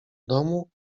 domu